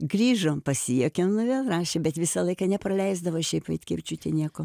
grįžom pasijuokėm nuo jo rašė bet visą laiką nepraleisdavo šiaip vaitkevičiūtė nieko